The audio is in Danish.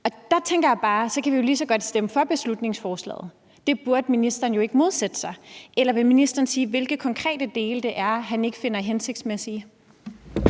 Og der tænker jeg bare, at så kan vi jo lige så godt stemme for beslutningsforslaget. Det burde ministeren jo ikke modsætte sig. Eller vil ministeren sige, hvilke konkrete dele det er, han ikke finder hensigtsmæssige?